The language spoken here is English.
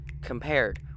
compared